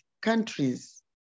countries